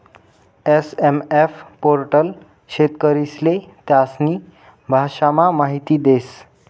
SMF portal शेतकरीस्ले त्यास्नी भाषामा माहिती देस